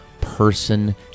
person